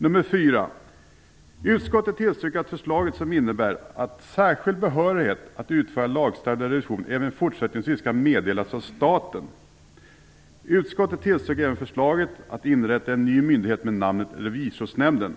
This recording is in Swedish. För det fjärde tillstyrker utskottet förslaget som innebär att särskild behörighet att utföra lagstadgad revision även fortsättningsvis skall meddelas av staten. Utskottet tillstyrker även förslaget att inrätta en ny myndighet med namnet Revisorsnämnden.